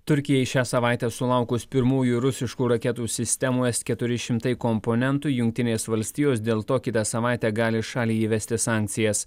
turkijai šią savaitę sulaukus pirmųjų rusiškų raketų sistemų es keturi šimtai komponentų jungtinės valstijos dėl to kitą savaitę gali šaliai įvesti sankcijas